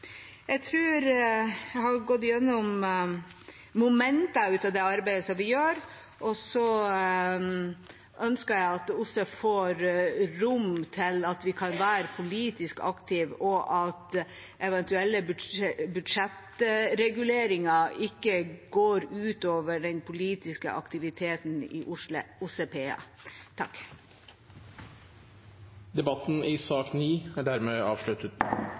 Jeg har nå gått igjennom momenter av det arbeidet vi gjør, og så ønsker jeg at OSSE får rom til at vi kan være politisk aktive, og at eventuelle budsjettreguleringer ikke går ut over den politiske aktiviteten i OSSE PA. Flere har ikke bedt om ordet i sak nr. 9. Da er